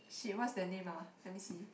shit what's the name ah let me see